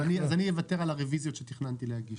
אני אוותר על הרביזיות שתכננתי להגיש.